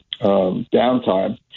downtime